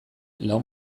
lau